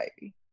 baby